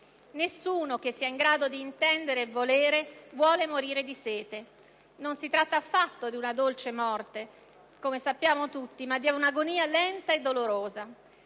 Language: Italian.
Nessuno che sia in grado di intendere e volere vuole morire di sete. Non si tratta affatto di una dolce morte, come sappiamo tutti, ma di una agonia lenta e dolorosa.